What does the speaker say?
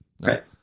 Right